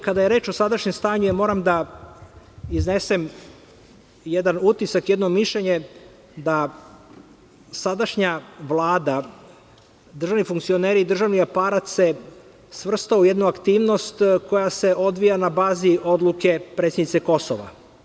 Kada je reč o sadašnjem stanju, moram da iznesem jedan utisak, jedno mišljenje da sadašnja Vlada, državni funkcioneri, državni aparat se svrstao u jednu aktivnost koja se odvija na bazi odluke predsednice Kosova.